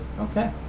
Okay